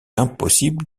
impossible